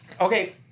okay